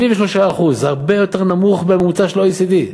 73%. הרבה יותר נמוך מהממוצע של ה-OECD.